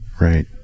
Right